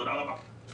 תודה רבה.